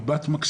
היא בת מקסימה,